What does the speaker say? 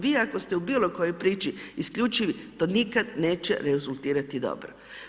Vi ako ste u bilo kojoj priči isključivi, to nikad neće rezultirati dobro.